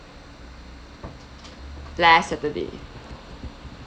last saturday